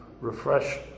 refresh